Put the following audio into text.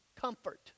comfort